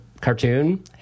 cartoon